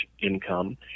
income